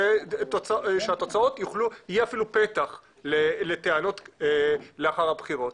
שיהיה אפילו פתח לטענות לאחר הבחירות.